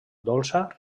dolça